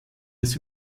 des